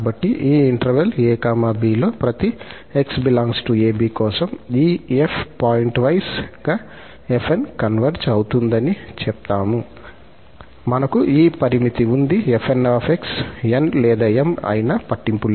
కాబట్టి ఈ ఇంటర్వెల్ 𝑎 𝑏 లో ప్రతి 𝑥 ∈ 𝑎 𝑏 కోసం ఈ 𝑓 పాయింట్వైస్ గా 𝑓𝑛 కన్వర్జ్ అవుతుందని చెప్తాము మనకు ఈ పరిమితి ఉంది 𝑓𝑛𝑥 𝑛 లేదా 𝑚 అయినా పట్టింపు లేదు